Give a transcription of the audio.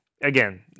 again